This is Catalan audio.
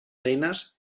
eines